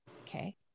okay